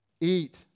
Eat